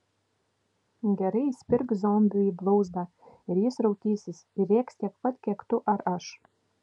gerai įspirk zombiui į blauzdą ir jis raukysis ir rėks tiek pat kiek tu ar aš